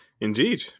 Indeed